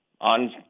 on